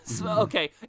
Okay